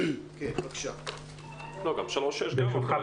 כן, ברשותך.